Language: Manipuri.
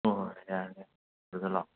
ꯍꯣ ꯍꯣ ꯍꯣꯏ ꯌꯥꯔꯅꯤ ꯌꯥꯔꯅꯤ ꯑꯗꯨꯗ ꯂꯥꯛꯑꯣ